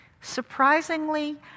Surprisingly